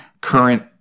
Current